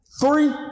Three